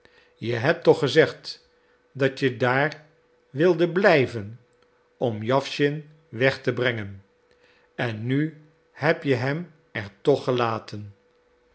je hebt toch gezegd dat je daar wildet blijven om jawschin weg te brengen en nu heb je hem er toch gelaten